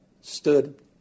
stood